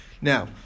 Now